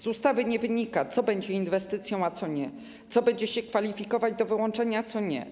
Z ustawy nie wynika, co będzie inwestycją, a co nie, co będzie się kwalifikować do wyłączenia, a co nie.